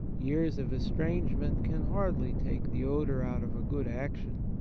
years of estrangement can hardly take the odour out of a good action.